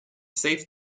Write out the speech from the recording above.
safe